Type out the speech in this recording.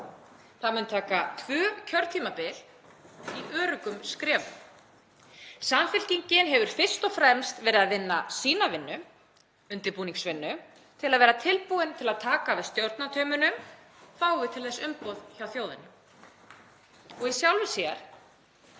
Það mun taka tvö kjörtímabil í öruggum skrefum. Samfylkingin hefur fyrst og fremst verið að vinna sína vinnu, undirbúningsvinnu, til að vera tilbúin til að taka við stjórnartaumunum, fáum við til þess umboð hjá þjóðinni. Í sjálfu sér